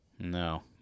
No